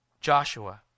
Joshua